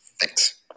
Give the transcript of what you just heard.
Thanks